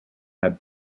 had